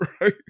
right